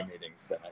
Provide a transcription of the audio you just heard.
meetings